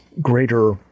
greater